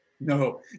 no